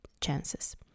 chances